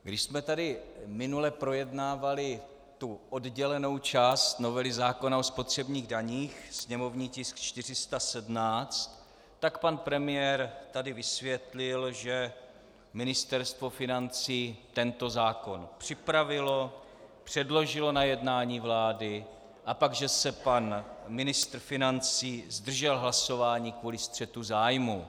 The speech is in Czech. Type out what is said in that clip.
Když jsme tady minule projednávali tu oddělenou část novely zákona o spotřebních daních, sněmovní tisk 417, tak pan premiér tady vysvětlil, že Ministerstvo financí tento zákon připravilo, předložilo na jednání vlády, a pak že se pan ministr financí zdržel hlasování kvůli střetu zájmu.